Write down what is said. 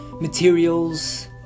materials